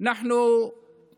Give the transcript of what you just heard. להלן תרגומם: